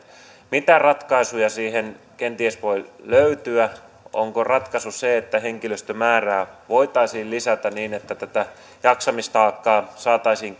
mitä ratkaisuja siihen kenties voi löytyä onko ratkaisu se että henkilöstömäärää voitaisiin lisätä niin että tätä jaksamistaakkaa saataisiin